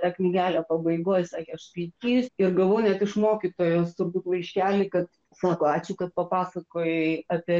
tą knygelę pabaigoj sakė aš skaitysiu ir gavau net iš mokytojos turbūt laiškelį kad sako ačiū kad papasakojai apie